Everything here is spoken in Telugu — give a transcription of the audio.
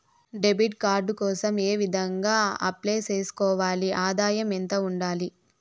డెబిట్ కార్డు కోసం ఏ విధంగా అప్లై సేసుకోవాలి? ఆదాయం ఎంత ఉండాలి?